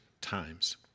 times